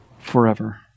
forever